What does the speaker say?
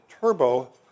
turbo